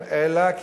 אלא,